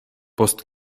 post